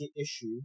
issue